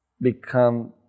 become